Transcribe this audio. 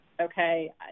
Okay